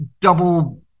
double